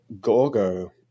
Gorgo